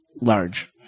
large